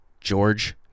George